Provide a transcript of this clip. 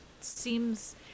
seems